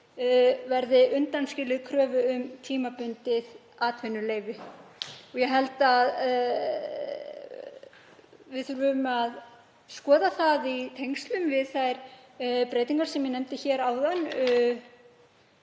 verði undanskilið kröfu um tímabundið atvinnuleyfi. Ég held að við þurfum að skoða það í tengslum við þær breytingar sem ég nefndi áðan